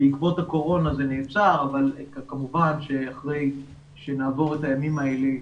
בעקבות הקורונה זה נעצר אבל כמובן שאחרי שנעבור את הימים האלה,